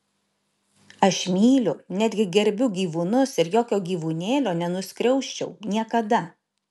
aš myliu netgi gerbiu gyvūnus ir jokio gyvūnėlio nenuskriausčiau niekada